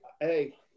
hey